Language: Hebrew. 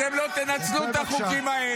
אתם לא תנצלו את החוקים האלה.